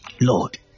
Lord